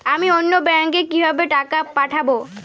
আমি অন্য ব্যাংকে কিভাবে টাকা পাঠাব?